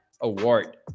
award